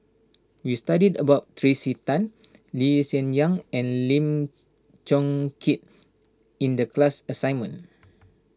we studied about Tracey Tan Lee Hsien Yang and Lim Chong Keat in the class assignment